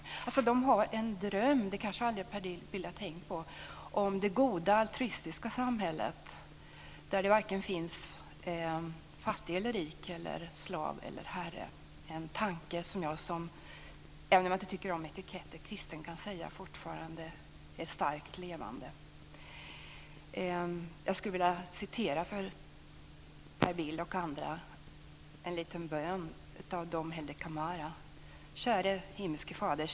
De har en dröm - Per Bill kanske aldrig har tänkt på det - om det goda, altruistiska samhället, där det finns varken fattig eller rik, slav eller herre. Det är en tanke som jag, även om jag inte tycker om etiketter, som kristen fortfarande kan säga är starkt levande. Jag skulle för Per Bill och andra vilja läsa en liten bön av Dom Helder Camara: Käre himmelske fader.